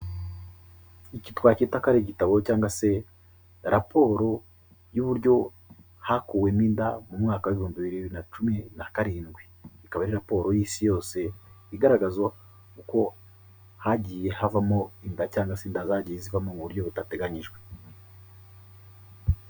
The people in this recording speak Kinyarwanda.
Iki twacyita ko ari igitabo cyangwa se raporo y'uburyo hakuwemo inda mu mwaka w'ibihumbi bibiri na cumi na karindwi, ikaba ari raporo y'isi yose igaragaza uko hagiye havamo inda cyangwa se inda zagiye zivamo mu buryo butateganyijwe.